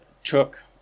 took